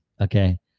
Okay